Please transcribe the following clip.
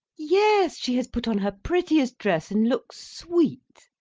yes, she has put on her prettiest dress, and looks sweet.